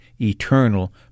eternal